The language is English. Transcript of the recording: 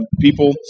people